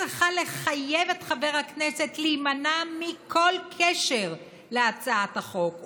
צריכה לחייב את חבר הכנסת להימנע מכל קשר להצעת החוק,